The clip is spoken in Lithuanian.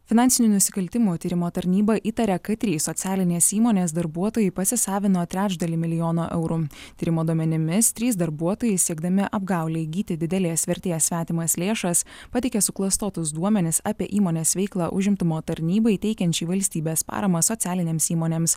finansinių nusikaltimų tyrimų tarnyba įtaria kad trys socialinės įmonės darbuotojai pasisavino trečdalį milijono eurų tyrimo duomenimis trys darbuotojai siekdami apgaule įgyti didelės vertės svetimas lėšas pateikė suklastotus duomenis apie įmonės veiklą užimtumo tarnybai teikiančiai valstybės paramą socialinėms įmonėms